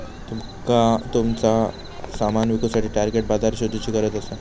तुमका तुमचा सामान विकुसाठी टार्गेट बाजार शोधुची गरज असा